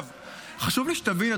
חשוב לי שתבין,